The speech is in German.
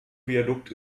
viadukt